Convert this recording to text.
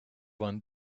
one